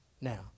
now